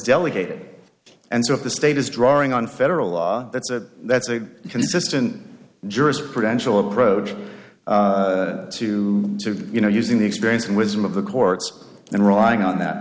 delegated and so if the state is drawing on federal law that's a that's a consistent jurisprudential approach to to you know using the experience and wisdom of the courts and relying on that